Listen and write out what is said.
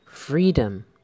Freedom